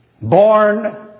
Born